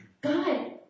God